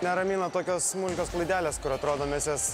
neramina tokios smulkios klaidelės kur atrodo mes jas